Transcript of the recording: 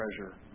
treasure